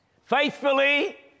faithfully